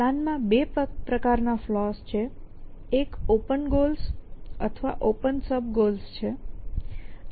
પ્લાનમાં 2 પ્રકાર ના ફલૉ છે એક ઓપન ગોલ્સ અથવા ઓપન સબગોલ્સ છે